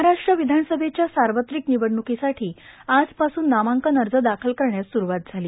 महाराष्ट्र विधानसभेच्या सार्वत्रिक निवडणुकीसाठी आजपासून नामांकन अर्ज दाखल करण्यास सुरुवात झाली